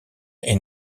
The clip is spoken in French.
est